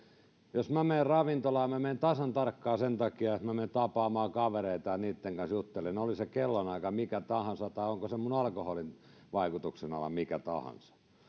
jos minä menen ravintolaan minä menen tasan tarkkaan sen takia että minä menen tapaamaan kavereita ja niitten kanssa juttelemaan oli se kellonaika mikä tahansa tai onko se minun alkoholin vaikutuksenala mikä tahansa